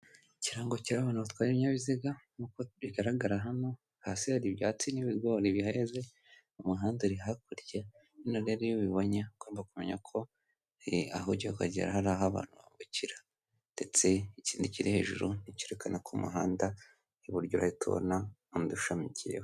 Ikirango kiriho abantu batwaye ibinyabiziga, nkuko bigaragara hano, hasi hari ibyatsi n'ibigori biheze, umuhanda uri hakurya, hano rero iyo bibonye, ugomba kumenya ko aho ujyiye kugera, ari aho abantu abantu bambukira, ndetse ikindi kiri hejuru ni icyerekana ko umuhanda w'iburyo urahita ubona undi ushamikiyeho.